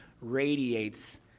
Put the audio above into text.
radiates